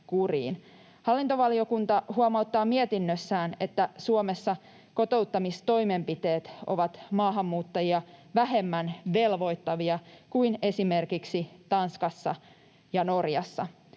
Hallintovaliokunta huomauttaa mietinnössään, että Suomessa kotouttamistoimenpiteet ovat maahanmuuttajia vähemmän velvoittavia kuin esimerkiksi Tanskassa ja Norjassa.